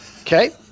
Okay